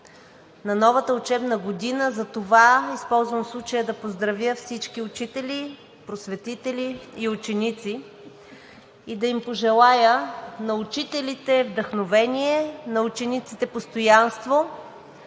на новата учебна година. Затова използвам случая да поздравя всички учители, просветители и ученици и да им пожелая: на учителите – вдъхновение, на учениците – постоянство,